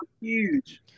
huge